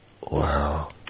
Wow